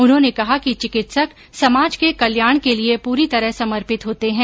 उन्होंने कहा कि चिकित्सक समाज के कल्याण के लिए पूरी तरह समर्पित होते हैं